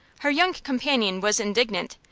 her young companion was indignant.